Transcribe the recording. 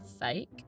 fake